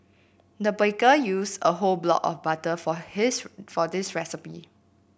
the baker used a whole block of butter for his for this recipe